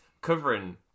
covering